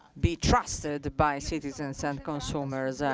be trusted by citizens and consumers.